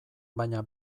baina